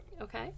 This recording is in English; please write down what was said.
Okay